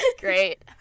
great